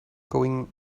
going